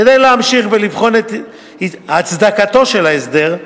כדי להמשיך לבחון את הצדקתו של ההסדר,